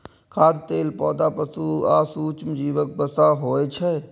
खाद्य तेल पौधा, पशु आ सूक्ष्मजीवक वसा होइ छै